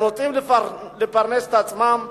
הם רוצים לפרנס את עצמם,